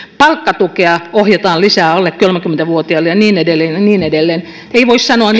palkkatukea ohjataan lisää alle kolmekymmentä vuotiaille ja niin edelleen ja niin edelleen ei voi sanoa